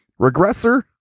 regressor